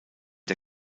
der